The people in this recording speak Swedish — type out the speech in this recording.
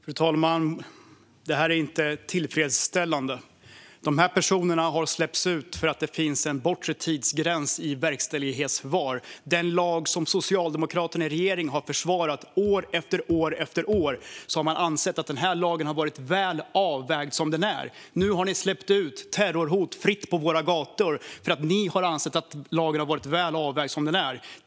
Fru talman! Det här är inte tillfredsställande. Dessa personer har släppts ut eftersom det finns en bortre tidsgräns för verkställighetsförvar i den lag som Socialdemokraterna i regering har försvarat. År efter år har man ansett att den här lagen har varit väl avvägd som den är. Nu har ni släppt ut personer som utgör ett terrorhot fritt på våra gator, eftersom ni har ansett att lagen har varit väl avvägd som den är.